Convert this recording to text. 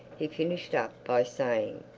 he finished up by saying,